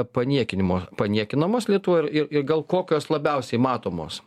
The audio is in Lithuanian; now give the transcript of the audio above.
paniekinimo paniekinamos lietuvoj ir ir gal kokios labiausiai matomos